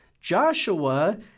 Joshua